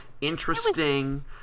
interesting